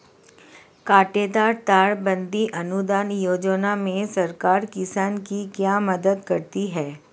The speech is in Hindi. कांटेदार तार बंदी अनुदान योजना में सरकार किसान की क्या मदद करती है?